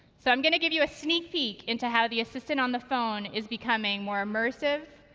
so i'm going to give you a sneak peak into how the assistant on the phone is becoming more immersive,